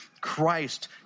Christ